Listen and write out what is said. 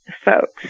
folks